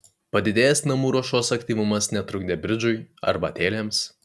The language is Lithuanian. padidėjęs namų ruošos aktyvumas netrukdė bridžui arbatėlėms